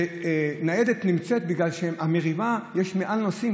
וניידת נמצאת שם בגלל מריבה: יש 100 נוסעים,